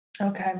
Okay